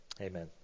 Amen